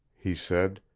he said,